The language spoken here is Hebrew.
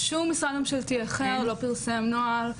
שום משרד ממשלתי אחר לא פרסם נוהל,